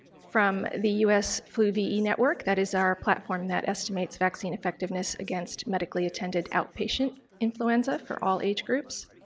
from the us flu ve network, that is our platform that estimates vaccine effectiveness against medically attended outpatient influenza for all age groups.